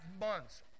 months